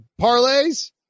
parlays